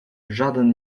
żaden